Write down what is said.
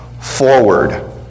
forward